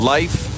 Life